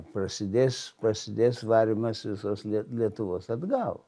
prasidės prasidės varymas visos lie lietuvos atgal